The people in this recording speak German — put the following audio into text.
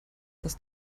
dass